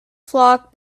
flock